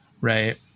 right